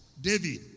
David